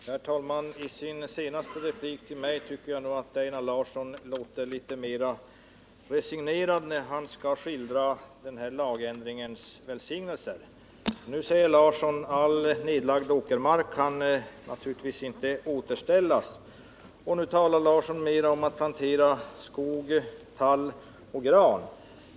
Herr talman! I sin senaste replik till mig lät Einar Larsson litet mer resignerad när han skulle skildra denna lagändrings välsignelser. Nu sade Einar Larsson att all nedlagd åkermark naturligtvis inte kan återställas och talade mer om att plantera tall och gran.